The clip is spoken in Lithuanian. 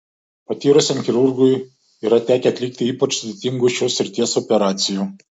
patyrusiam chirurgui yra tekę atlikti ypač sudėtingų šios srities operacijų